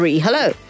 Hello